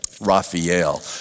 Raphael